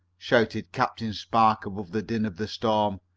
shouted captain spark above the din of the storm.